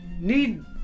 need